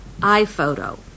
iPhoto